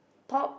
pop